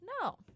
No